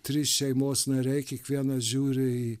trys šeimos nariai kiekvienas žiūri į